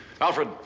Alfred